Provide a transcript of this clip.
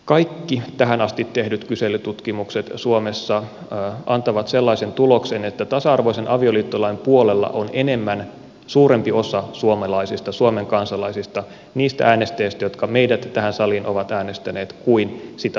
kaikki tähän asti tehdyt kyselytutkimukset suomessa antavat sellaisen tuloksen että tasa arvoisen avioliittolain puolella on enemmän ihmisiä suurempi osa suomalaisista suomen kansalaisista niistä äänestäjistä jotka meidät tähän saliin ovat äänestäneet kuin sitä lakia vastaan